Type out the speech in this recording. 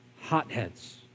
hotheads